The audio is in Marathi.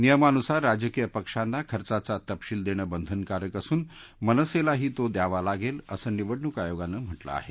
नियमानुसार राजकीय पक्षांना खर्चाचा तपशील देणं बंधनकारक असून मनसेलाही तो द्यावा लागेल असं निवडणूक आयोगानं म्हटलं आहे